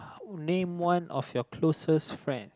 name one of your closest friends